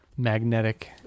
magnetic